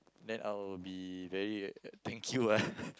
then I will be very thank you ah